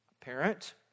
parent